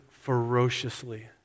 ferociously